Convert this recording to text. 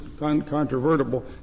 uncontrovertible